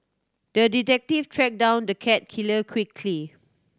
the detective tracked down the cat killer quickly